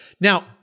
Now